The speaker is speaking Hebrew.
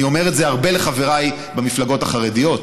אני אומר את זה הרבה לחבריי במפלגות החרדיות: